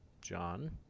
John